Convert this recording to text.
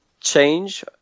change